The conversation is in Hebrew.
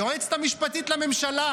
היועצת המשפטית לממשלה,